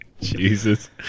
jesus